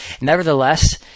Nevertheless